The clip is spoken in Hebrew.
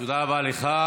תודה רבה לך.